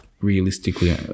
realistically